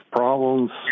problems